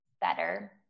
better